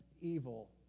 evil